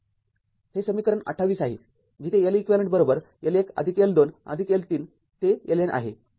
हे समीकरण २८ आहे जिथे Leq L१ आदिक L२ आदिक L३ ते LN आहे